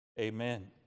Amen